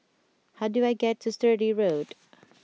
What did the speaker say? how do I get to Sturdee Road